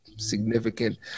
significant